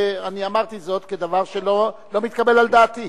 אמרתי זאת כדבר שלא מתקבל על דעתי.